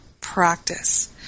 practice